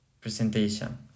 presentation